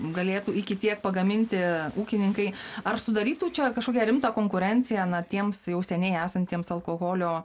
galėtų iki tiek pagaminti ūkininkai ar sudarytų čia kažkokią rimtą konkurenciją na tiems jau seniai esantiems alkoholio